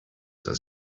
does